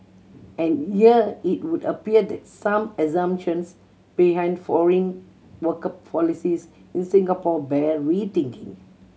and here it would appear that some assumptions behind foreign worker policies in Singapore bear rethinking